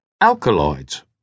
alkaloids